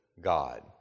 God